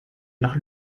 nach